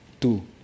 Two